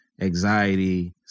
anxiety